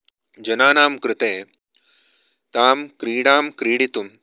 जनानां कृते तां क्रीडां क्रीडितुं